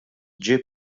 ġie